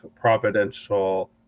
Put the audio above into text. providential